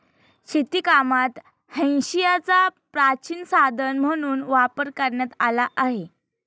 शेतीकामात हांशियाचा प्राचीन साधन म्हणून वापर करण्यात आला आहे